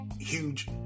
huge